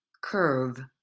curve